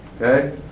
Okay